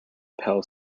pale